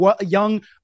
young